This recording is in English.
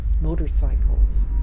Motorcycles